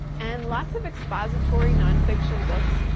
and lots of expository non-fiction books,